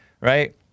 right